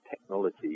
technology